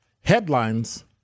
headlines